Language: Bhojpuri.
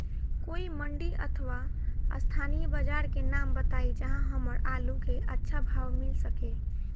कोई मंडी अथवा स्थानीय बाजार के नाम बताई जहां हमर आलू के अच्छा भाव मिल सके?